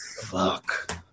fuck